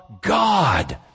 God